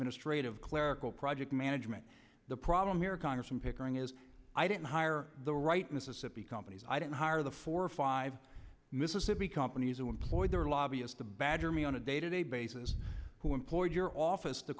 ministrative clerical project management the problem here congressman pickering is i didn't hire the right mississippi companies i didn't hire the four or five mississippi companies who employ their lobbyist to badger me on a day to day basis who employed your office to